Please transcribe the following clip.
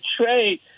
trade